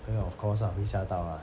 会 of course lah 会吓到啦